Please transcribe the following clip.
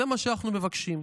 זה מה שאנחנו מבקשים.